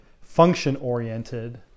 function-oriented